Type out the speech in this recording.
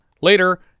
Later